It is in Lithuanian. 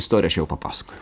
istoriją aš jau papasakojau